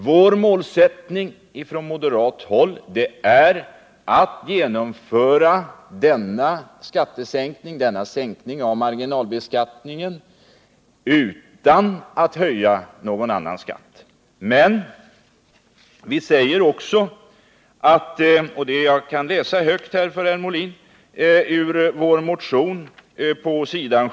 Vår målsättning på moderat håll är att genomföra denna sänkning av marginalbeskattningen utan att höja någon annan skatt. Men vi säger också — och jag kan här läsa högt för herr Molin ur vår motion 2349,s.